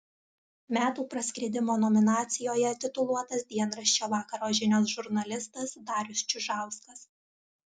metų praskridimo nominacijoje tituluotas dienraščio vakaro žinios žurnalistas darius čiužauskas